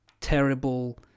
terrible